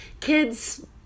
kids